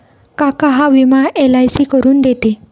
काका हा विमा एल.आय.सी करून देते